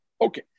Okay